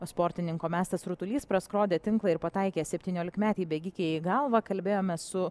sportininko mestas rutulys praskrodė tinklą ir pataikė septyniolikmetei bėgikei į galvą kalbėjome su